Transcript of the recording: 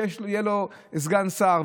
שיהיה לו סגן שר,